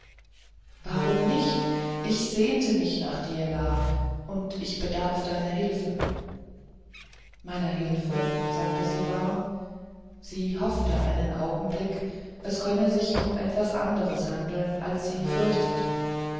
warum nicht ich sehnte mich nach dir la und ich bedarf deiner hilfe meiner hilfe sagte sie warm sie hoffte einen augenblick es könne sich um etwas anderes handeln als was sie fürchtete